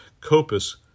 Copus